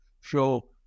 show